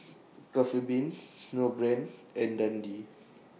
Coffee Bean Snowbrand and Dundee